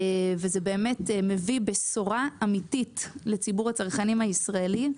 וזה מביא בשורה אמיתית לציבור הצרכנים הישראלי.